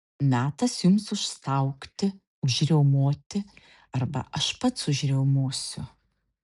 metas jums užstaugti užriaumoti arba aš pats užriaumosiu